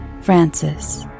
Francis